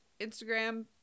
instagram